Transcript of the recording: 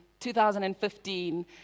2015